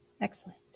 Excellent